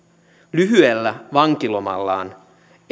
lyhyellä vankilomallaan